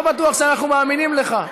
לא בטוח שאנחנו מאמינים לך.